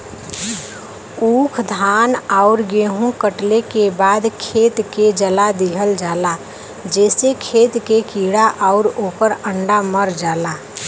ऊख, धान आउर गेंहू कटले के बाद खेत के जला दिहल जाला जेसे खेत के कीड़ा आउर ओकर अंडा मर जाला